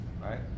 right